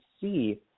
see